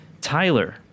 Tyler